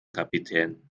kapitän